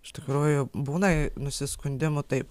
iš tikrųjų būna nusiskundimų taip